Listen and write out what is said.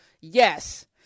Yes